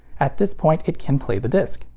at this point it can play the disc.